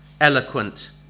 eloquent